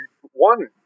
one